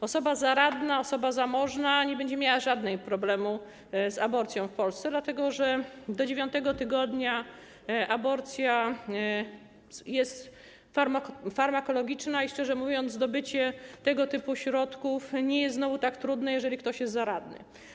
Osoba zaradna, osoba zamożna nie będzie miała żadnego problemu z aborcją w Polsce, dlatego że do 9. tygodnia aborcja jest farmakologiczna i, szczerze mówiąc, zdobycie tego typu środków nie jest znowu tak trudne, jeżeli ktoś jest zaradny.